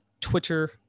Twitter